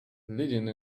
leading